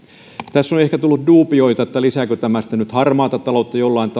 tässä on ehkä tullut duubioita siitä lisääkö tämä nyt sitten harmaata taloutta jollain tavalla tai tuleeko tässä